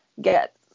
get